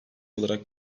olarak